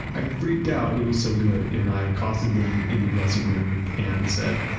i freaked out, it was so good. and i accosted them in the dressing room and said,